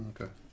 okay